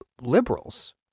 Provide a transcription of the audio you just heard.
liberals